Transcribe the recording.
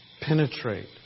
penetrate